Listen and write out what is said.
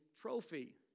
trophy